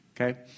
Okay